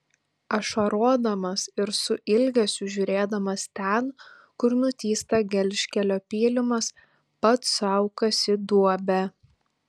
ašarodamas ir su ilgesiu žiūrėdamas ten kur nutįsta gelžkelio pylimas pats sau kasi duobę